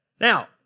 Now